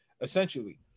essentially